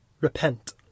repent